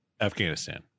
Afghanistan